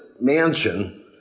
mansion